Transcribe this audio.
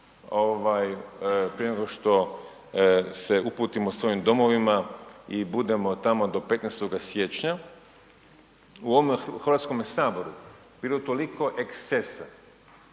prije nego što se uputimo svojim domovima i budemo tamo do 15. siječnja u ovome HS-u je bilo toliko ekscesa,